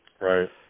Right